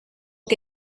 que